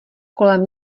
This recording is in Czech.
kolem